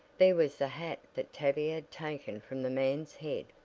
there was the hat that tavia had taken from the man's head.